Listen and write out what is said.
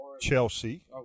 Chelsea